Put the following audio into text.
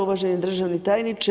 Uvaženi državni tajniče.